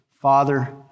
Father